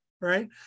right